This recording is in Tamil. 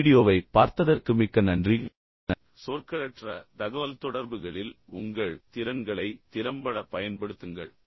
இந்த வீடியோவைப் பார்த்ததற்கு மிக்க நன்றி சொற்களற்ற தகவல்தொடர்புகளில் உங்கள் திறன்களை திறம்பட பயன்படுத்துங்கள்